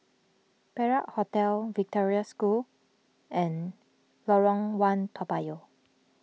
Perak Hotel Victoria School and Lorong one Toa Payoh